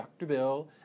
drbill